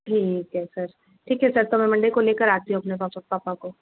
ठीक है सर ठीक है सर तो मैं मंडे को लेकर आती हूँ अपने पापा पापा को